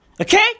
Okay